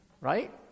Right